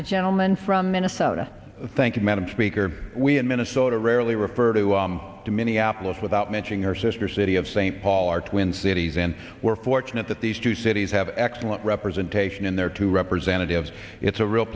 the gentleman from minnesota thank you madam speaker we in minnesota rarely refer to to minneapolis without mentioning her sister city of st paul are twin cities and we're fortunate that these two cities have excellent representation in their two representatives it's a real